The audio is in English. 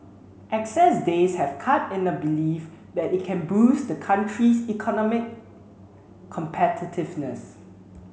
excess days have cut in a belief that it can boost the country's economic competitiveness